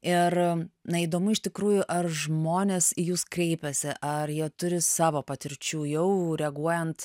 ir na įdomu iš tikrųjų ar žmonės į jus kreipiasi ar jie turi savo patirčių jau reaguojant